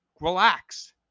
relax